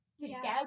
together